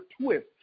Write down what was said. twist